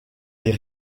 les